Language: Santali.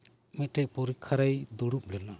ᱢᱤᱫᱽᱴᱮᱱ ᱯᱚᱨᱤᱠᱠᱷᱟᱨᱮᱭ ᱫᱩᱲᱩᱵ ᱞᱮᱱᱟ